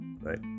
right